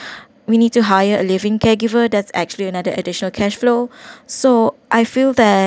we need to hire a live-in caregiver that's actually another additional cashflow so I feel that